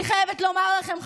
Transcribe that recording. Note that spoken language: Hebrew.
אני חייבת לומר לכם,